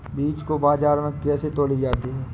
बीज को बाजार में कैसे तौली जाती है?